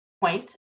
point